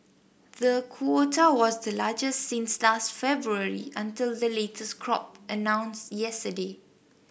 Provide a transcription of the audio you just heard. the quota was the largest since last February until the latest crop announced yesterday